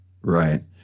Right